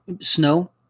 Snow